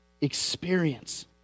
experience